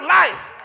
life